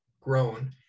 grown